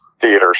theaters